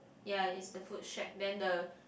ya is the food shack then the